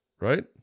right